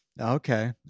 Okay